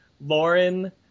Lauren